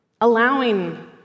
allowing